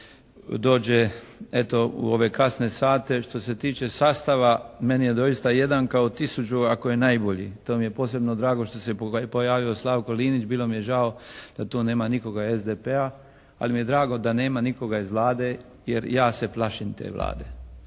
reda dođe eto u ove kasne sate. Što se tiče sastava meni je doista jedan kao tisuću ako je najbolji, to mi je posebno drago što se pojavio Slavko Linić, bilo mi je žao da tu nema nikoga iz SDP-a ali mi je drago da nema nikoga iz Vlade jer ja se plašim te Vlade.